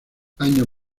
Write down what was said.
años